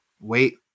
wait